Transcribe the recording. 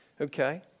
Okay